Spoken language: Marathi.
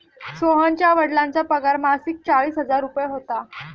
सोहनच्या वडिलांचा पगार मासिक चाळीस हजार रुपये होता